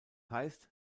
heißt